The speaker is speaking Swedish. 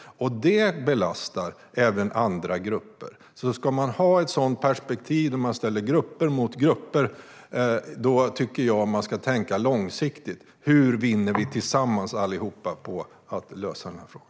Det belastar även andra grupper. Ett perspektiv där man ställer grupper mot grupper innebär att man måste tänka långsiktigt: Hur vinner vi alla på att lösa frågan?